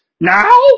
now